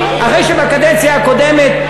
אחרי שבקדנציה הקודמת,